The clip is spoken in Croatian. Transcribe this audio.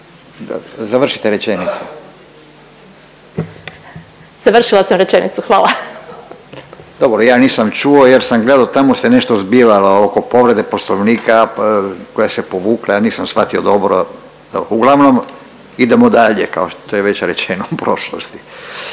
Završite rečenicu. .../Upadica: Završila sam rečenicu, hvala./... Dobro, ja nisam čuo jer sam gledao, tamo se nešto zbivalo oko povrede Poslovnika koja se povukla, ja nisam shvatio dobro. Uglavnom, idemo dalje, kao što je već rečeno u prošlosti.